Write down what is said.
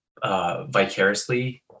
vicariously